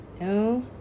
no